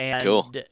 Cool